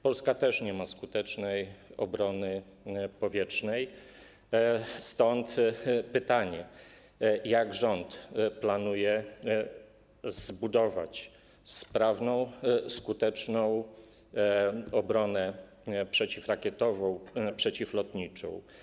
Polska też nie ma skutecznej obrony powietrznej, stąd pytanie: Jak rząd planuje zbudować sprawną, skuteczną obronę przeciwrakietową, przeciwlotniczą?